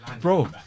Bro